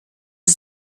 ist